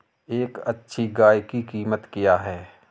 एक अच्छी गाय की कीमत क्या है?